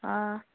ꯑꯥ